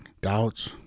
doubts